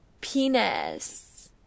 penis